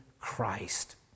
Christ